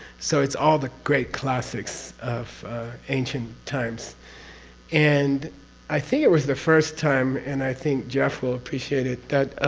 so it's all the great classics of ancient times and i think it was the first time, and i think jeff will appreciate it, that